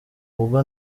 ubwo